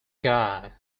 god